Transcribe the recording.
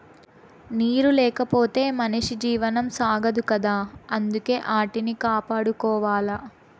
నీరు లేకపోతె మనిషి జీవనం సాగదు కదా అందుకే ఆటిని కాపాడుకోవాల